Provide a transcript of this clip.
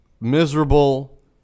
miserable